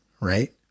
Right